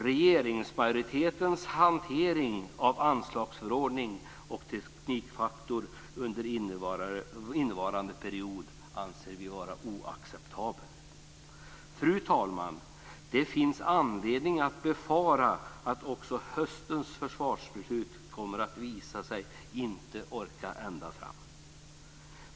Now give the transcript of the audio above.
Regeringsmajoritetens hantering av anslagsförordning och teknikfaktor under innevarande period anser vi vara oacceptabel. Fru talman! Det finns anledning att befara att också höstens försvarsbeslut kommer att visa sig inte orka ända fram.